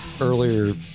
earlier